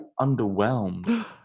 underwhelmed